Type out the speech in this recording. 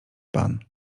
pan